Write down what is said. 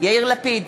יאיר לפיד,